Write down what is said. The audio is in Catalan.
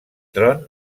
tron